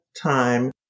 Time